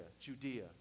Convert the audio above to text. Judea